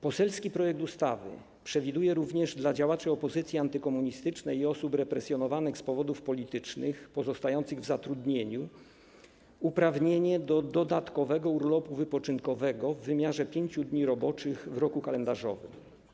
Poselski projekt ustawy przewiduje również dla działaczy opozycji antykomunistycznej i osób represjonowanych z powodów politycznych pozostających w zatrudnieniu uprawnienie do dodatkowego urlopu wypoczynkowego w wymiarze 5 dni roboczych w roku kalendarzowym.